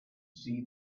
see